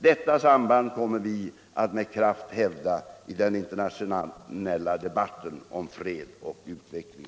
Detta samband kommer vi att med kraft hävda i den internationella debatten om fred och utveckling.